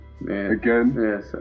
again